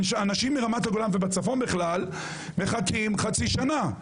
אנשים מרמת הגולן ובצפון בכלל, מחכים חצי שנה.